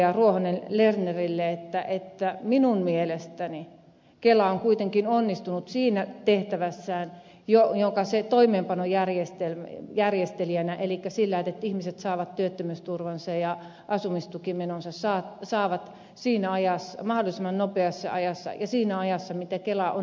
ruohonen lernerille että minun mielestäni kela on kuitenkin onnistunut tehtävässään toimeenpanon järjestelijänä elikkä siinä että ihmiset saavat työttömyysturvansa ja asumistukimenonsa mahdollisimman nopeassa ajassa ja siinä ajassa minkä kela on määrittänyt